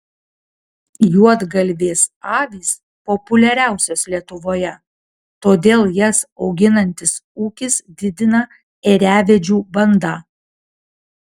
juodgalvės avys populiariausios lietuvoje todėl jas auginantis ūkis didina ėriavedžių bandą